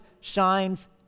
shines